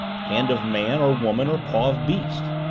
hand of man or woman or paw of beast?